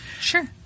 Sure